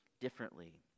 differently